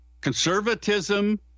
Conservatism